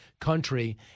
country